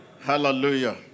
Hallelujah